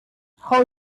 how